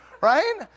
Right